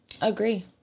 agree